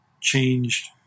changed